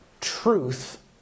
truth